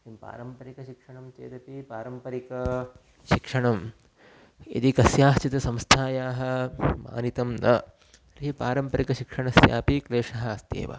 किं पारम्परिकशिक्षणं चेदपि पारम्परिक शिक्षणं यदि कस्याश्चित् संस्थायाः मानितं न तर्हि पारम्परिक शिक्षणस्यापि क्लेशः अस्त्येव